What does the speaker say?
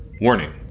warning